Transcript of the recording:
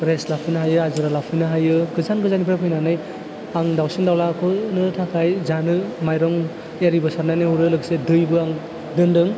rest लाफैनो हायो आजिरा लाफैनो हायो गोजान गोजाननिफ्राय फैनानै आं दावसिन दावलानो थाखाय जानो माइरं इरिबो सारनानै हरो लोगोसे दैबो आं दोनदों